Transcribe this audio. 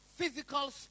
physical